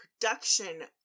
production